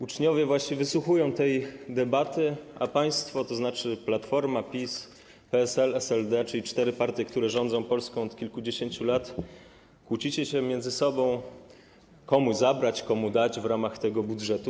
Uczniowie właśnie wysłuchują tej debaty, a państwo, to znaczy Platforma, PiS, PSL i SLD, czyli cztery partie, które rządzą Polską od kilkudziesięciu lat, kłócicie się między sobą, komu zabrać, komu dać w ramach tego budżetu.